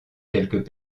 quelques